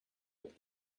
but